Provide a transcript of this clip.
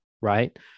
right